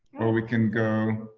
or we can go.